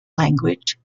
language